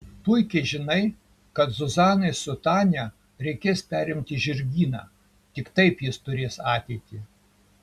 puikiai žinai kad zuzanai su tania reikės perimti žirgyną tik taip jis turės ateitį